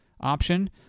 option